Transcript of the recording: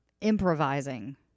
improvising